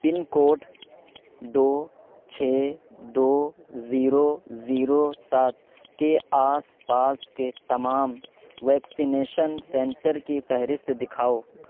پن code دو چھ دو زیرو زیرو سات کے آس پاس کے تمام ویکسینیشن سنٹر کی فہرست دکھاؤ